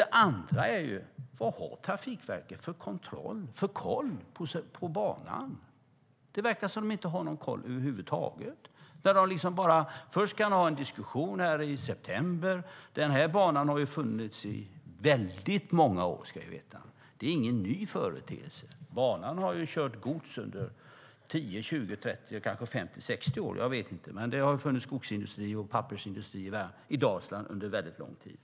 Den andra frågan är: Vad har Trafikverket för koll på banan? Det verkar som att de inte har någon koll över huvud taget. De hade en diskussion först i september. Den här banan har funnits i väldigt många år, ska ni veta. Det är ingen ny företeelse. Det har körts gods på banan under 10, 20, 30 kanske 50, 60 år. Jag vet inte hur länge, men det har funnits skogsindustri och pappersindustri i Dalsland under lång tid.